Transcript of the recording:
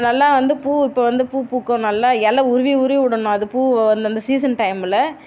நல்லா வந்து பூ இப்போ வந்து பூப்பூக்கும் நல்லா இல உருவி உருவி விடணும் அது பூவை வந்து அந்த சீசன் டைமில்